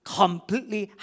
completely